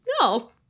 no